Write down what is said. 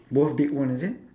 both big one is it